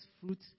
fruit